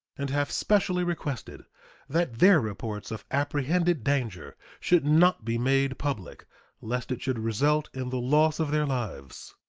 and have specially requested that their reports of apprehended danger should not be made public lest it should result in the loss of their lives.